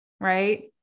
right